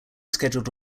scheduled